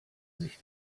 sich